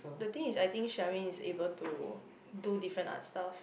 the thing is I think Charmaine is able to do different art stuffs